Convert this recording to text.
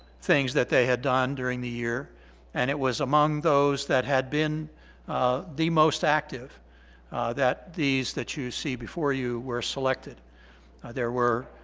things that they had done during the year and it was among those that had been the most active that these that you see before you were selected there were